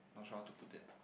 ultra how to put it